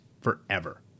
forever